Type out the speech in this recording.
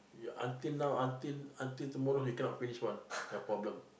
you until now until until tomorrow you also cannot finish one your problem